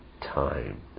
time